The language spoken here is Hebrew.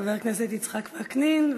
וחבר הכנסת יצחק וקנין.